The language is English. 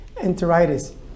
enteritis